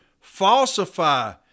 falsify